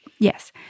Yes